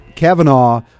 kavanaugh